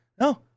no